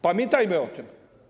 Pamiętajmy o tym.